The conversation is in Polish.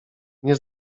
nie